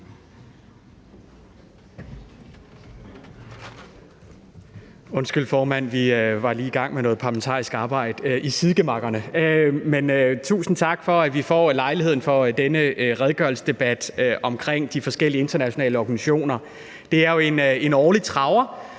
Undskyld, formand, vi var lige i gang med noget parlamentarisk arbejde i sidegemakkerne. Men tusind tak for, at vi får lejlighed til denne redegørelsesdebat omkring de forskellige internationale organisationer. Det er jo en årlig traver,